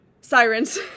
Sirens